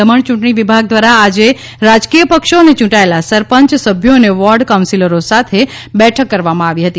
દમણ ચુંટણી વિભાગ દ્વારા આજે રાજકિય પક્ષો અને યુંટાયેલા સરપંચ સભ્યો અને વૉર્ડ કાઉન્સીલરો સાથે બૈઠક કરવામાં આવી હતી